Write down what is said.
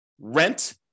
rent